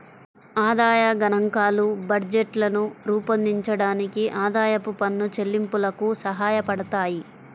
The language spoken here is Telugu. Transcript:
ఆదాయ గణాంకాలు బడ్జెట్లను రూపొందించడానికి, ఆదాయపు పన్ను చెల్లింపులకు సహాయపడతాయి